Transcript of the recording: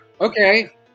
Okay